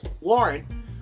Lauren